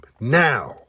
now